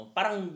Parang